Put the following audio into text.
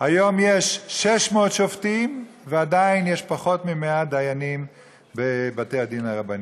היום יש 600 שופטים ועדיין יש פחות מ-100 דיינים בבתי הדין הרבניים.